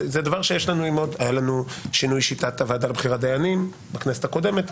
היה לנו שינוי שיטת הוועדה לבחירת דיינים בכנסת הקודמת.